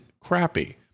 crappy